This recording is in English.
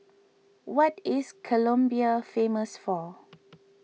what is Colombia famous for